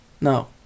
No